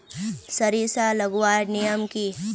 सरिसा लगवार नियम की?